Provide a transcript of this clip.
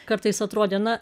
kartais atrodė na